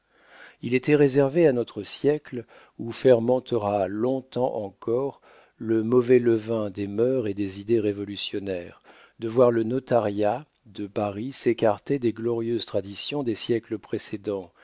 il était réservé à notre siècle où fermentera long-temps encore le mauvais levain des mœurs et des idées révolutionnaires de voir le notariat de paris s'écarter des glorieuses traditions des siècles précédents